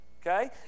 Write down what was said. okay